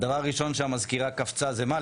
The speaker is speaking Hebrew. הדבר הראשון שהמזכירה קפצה זה 'מה,